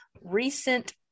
recent